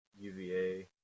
UVA